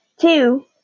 Two